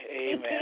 Amen